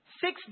six